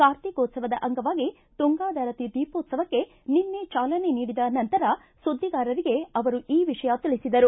ಕಾರ್ತಿಕೋತ್ಸವದ ಅಂಗವಾಗಿ ತುಂಗಾದಾರತಿ ದೀಪೋತ್ತವಕ್ಕೆ ನಿನ್ನೆ ಚಾಲನೆ ನೀಡಿದ ನಂತರ ಸುದ್ನಿಗಾರರಿಗೆ ಅವರು ಈ ವಿಷಯ ತಿಳಿಸಿದರು